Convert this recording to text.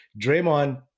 Draymond